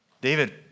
David